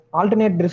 alternate